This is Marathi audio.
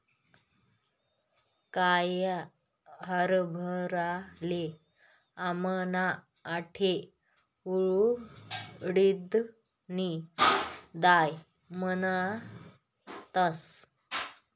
काया हरभराले आमना आठे उडीदनी दाय म्हणतस